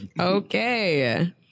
okay